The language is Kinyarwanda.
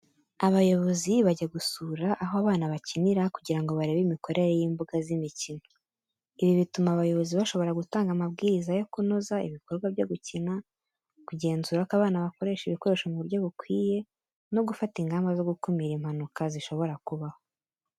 Abayobozi bajya gusura aho abana bakinira, kugira ngo barebe imikorere y'imbuga z'imikino. Ibi bituma abayobozi bashobora gutanga amabwiriza yo kunoza ibikorwa byo gukina, kugenzura ko abana bakoresha ibikoresho mu buryo bukwiye, no gufata ingamba zo gukumira impanuka zishobora kubaho.